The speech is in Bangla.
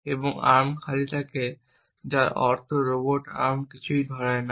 এবং আর্ম খালি থাকে যার অর্থ রোবট আর্ম কিছুই ধরে না